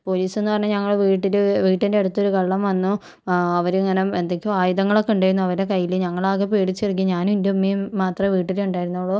പോലീസെന്നു പറഞ്ഞാൽ ഞങ്ങളുടെ വീട്ടില് വീടിൻ്റെ അടുത്തൊരു കള്ളൻ വന്നു അവരിങ്ങനെ എന്തൊക്കെയോ ആയുധങ്ങളൊക്കെ ഇണ്ടായിരുന്നു അവരുടെ കയ്യില് ഞങ്ങളാകെ പേടിച്ചിരിക്കുകയാണ് ഞാനും എൻ്റെ അമ്മയും മാത്രമേ വീട്ടിലുണ്ടായിരുന്നുള്ളു